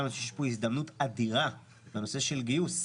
יש פה גם הזדמנות אדירה בנושא של גיוס.